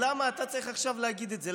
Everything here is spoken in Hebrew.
למה אתה צריך להגיד את זה עכשיו?